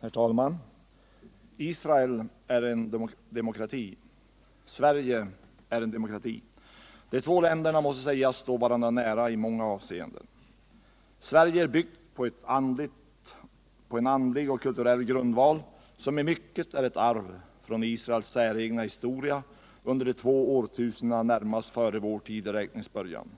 Herr talman! Israel är en demokrati. Sverige är en demokrati. De två länderna måste sägas stå varandra nära i många avseenden. Sverige är byggt på en andlig och kulturell grundval som i mycket är ett arv från Israels säregna historia under de två årtusendena närmast före vår tideräknings början.